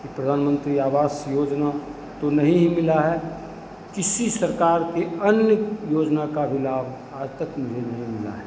कि प्रधानमंत्री आवास योजना तो नहीं ही मिला है किसी सरकार के अन्य योजना का भी लाभ आज तक मुझे नहीं मिला है